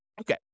Okay